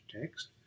text